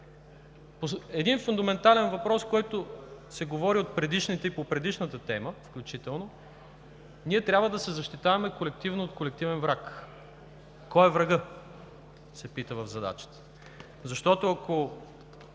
Един фундаментален въпрос, за който се говори и по предишната тема включително, че ние трябва да се защитаваме колективно от колективен враг. Кой е врагът, се пита в задачата? Защото, ако